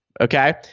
okay